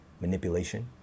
manipulation